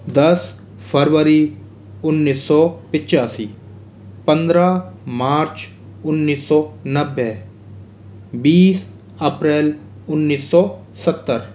दस फरवरी उन्नीस सौ पिच्यासी पंद्रह मार्च उन्नीस सौ नब्बे बीस अप्रैल उन्नीस सौ सत्तर